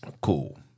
Cool